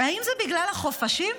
האם זה בגלל החופשים?